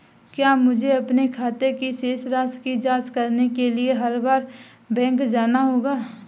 क्या मुझे अपने खाते की शेष राशि की जांच करने के लिए हर बार बैंक जाना होगा?